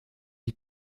die